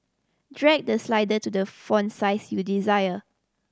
drag the slider to the font size you desire